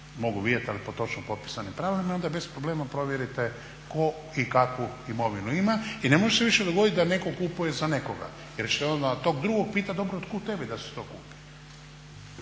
mogu vidjeti ali po točnom popisanim pravilima i onda bez problema provjerite tko i kakvu imovinu ima. I ne može se više dogoditi da netko kupuje za nekoga jer ćete onda tog drugog pitati dobro od kud tebi da si to kupio.